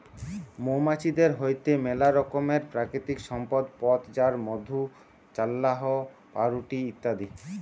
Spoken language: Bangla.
মৌমাছিদের হইতে মেলা রকমের প্রাকৃতিক সম্পদ পথ যায় মধু, চাল্লাহ, পাউরুটি ইত্যাদি